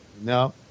No